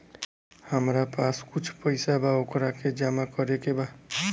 हमरा पास कुछ पईसा बा वोकरा के जमा करे के बा?